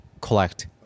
collect